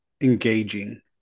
engaging